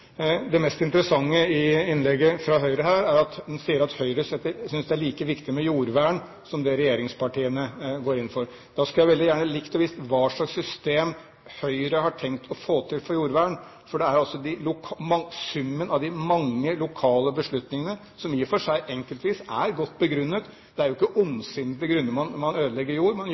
Det mest interessante i replikkene fra Høyre her, er at Høyre synes det er like viktig med jordvern som det regjeringspartiene gjør. Da skulle jeg veldig gjerne likt å få vite hva slags system Høyre har tenkt å få til for jordvern. Det handler om summen av de mange lokale beslutningene, som i og for seg er godt begrunnet enkeltvis. Det er jo ikke av ondsinnede grunner man ødelegger jord, man